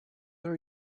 are